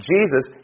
Jesus